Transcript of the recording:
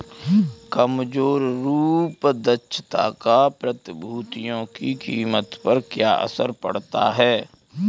कमजोर रूप दक्षता का प्रतिभूतियों की कीमत पर क्या असर पड़ता है?